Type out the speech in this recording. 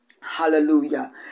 Hallelujah